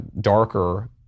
darker